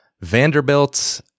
Vanderbilt